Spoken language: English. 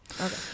Okay